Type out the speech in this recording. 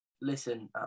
listen